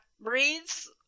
Breeds